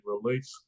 release